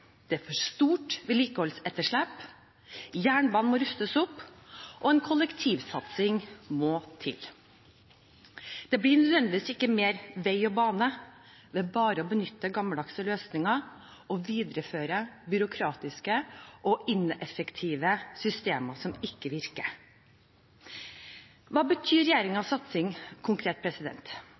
det er for stort vedlikeholdsetterslep, jernbanen må rustes opp, og en kollektivsatsing må til. Det blir ikke nødvendigvis mer vei og bane av bare å benytte gammeldagse løsninger og videreføre byråkratiske og ineffektive systemer som ikke virker. Hva betyr regjeringens satsing konkret?